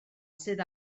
sydd